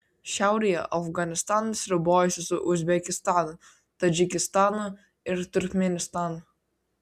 šiaurėje afganistanas ribojasi su uzbekistanu tadžikistanu ir turkmėnistanu